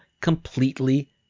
completely